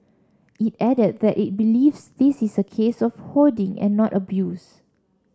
it added that it believes this is a case of hoarding and not abuse